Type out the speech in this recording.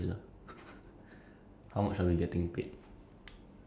okay so it's two minute two hours twelve minutes